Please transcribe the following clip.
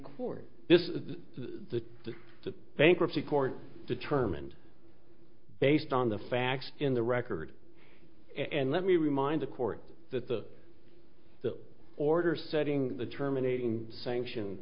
court this is the that the bankruptcy court determined based on the facts in the record and let me remind the court that the the order setting the terminating sanction